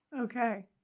Okay